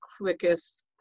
quickest